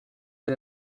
but